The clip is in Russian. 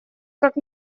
как